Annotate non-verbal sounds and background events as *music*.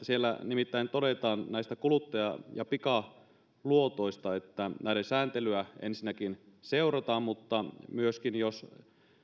*unintelligible* siellä nimittäin todetaan kuluttaja ja pikaluotoista että näiden sääntelyä ensinnäkin seurataan mutta myöskin että jos